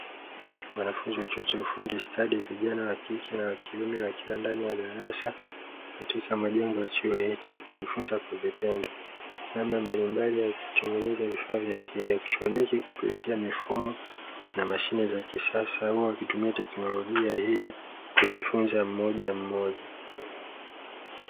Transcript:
Wanafunzi wa chuo cha ufundi stadi vijana wa kike na wa kiume, wakila ndani ya darasa katika majengo ya chuo hicho wakijifunza kwa vitendo, namna mbalimbali ya kutengeneza vifaa vya kielektroniki kupitia mifumo na mashine za kisasa au wakitumia teknolojia hii kujifunza mmojammoja.